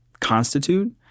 constitute